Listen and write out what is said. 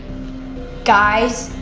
guys,